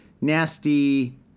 Nasty